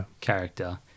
character